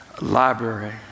library